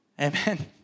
Amen